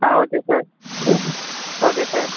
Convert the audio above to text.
ah okay sir okay sir